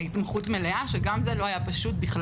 גם חוזרים מהעבודה איך אפשר?